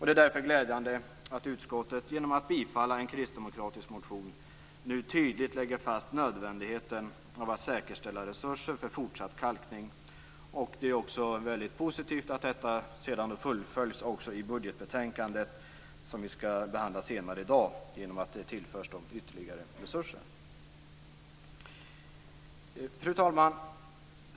Det är därför glädjande att utskottet genom att tillstyrka en kristdemokratisk motion nu tydligt lägger fast nödvändigheten av att säkerställa resurser för fortsatt kalkning. Det är också väldigt positivt att detta sedan fullföljs i budgetbetänkandet, som vi skall behandla senare i dag, genom att det tillförs ytterligare resurser. Fru talman!